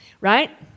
right